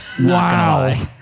Wow